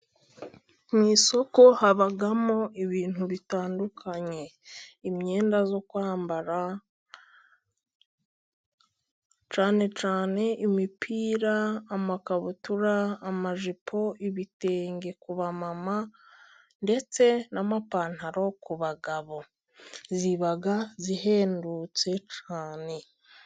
Mu isoko habamo ibintu bitandukanye， imyenda yo kwambara， cyane cyane imipira， amakabutura，amajipo， ibitenge' kuba mama， ndetse n'amapantaro ku bagabo， ziba zihendutse cyane.